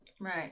Right